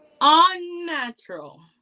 unnatural